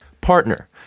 Partner